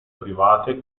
private